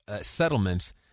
settlements